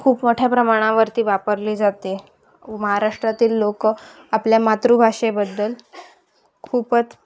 खूप मोठ्या प्रमाणावरती वापरली जाते महाराष्ट्रातील लोक आपल्या मातृभाषेबद्दल खूपच